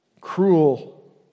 cruel